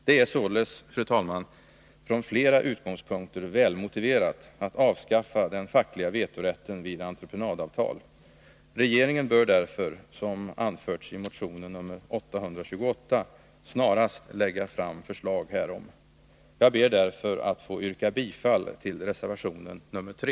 Det är således, fru talman, från flera utgångspunkter välmotiverat att avskaffa den fackliga vetorätten vid entreprenadavtal. Regeringen bör därför, som anförts i motion 828, snarast lägga fram förslag härom. Jag ber därför att få yrka bifall till reservation 3.